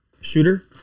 shooter